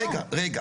רגע, רגע.